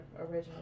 original